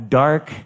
dark